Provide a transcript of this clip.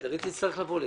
היא תצטרך לבוא לכאן.